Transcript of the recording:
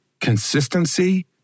consistency